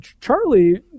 Charlie